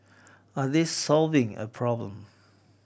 are they solving a problem